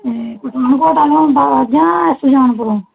ਅਤੇ ਪਠਾਨਕੋਟ ਆਉਣਾ ਹੁੰਦਾ ਜਾਂ ਸੁਜਾਨਪੁਰੋ